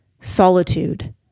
solitude